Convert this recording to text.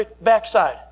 backside